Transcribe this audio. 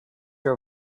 your